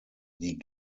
die